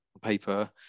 paper